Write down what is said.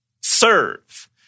Serve